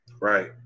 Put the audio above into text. Right